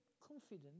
confident